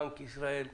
בנק ישראל,